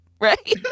Right